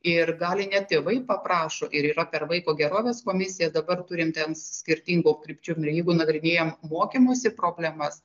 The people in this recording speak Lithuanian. ir gali net tėvai paprašo ir yra per vaiko gerovės komisiją dabar turintiems skirtingų krypčių jeigu nagrinėjam mokymosi problemas